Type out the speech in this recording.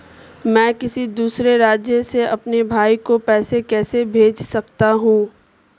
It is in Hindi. मैं किसी दूसरे राज्य से अपने भाई को पैसे कैसे भेज सकता हूं?